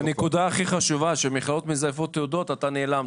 בנקודה הכי חשובה, שמכללות מזייפות תעודות, נעלמת.